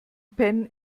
penh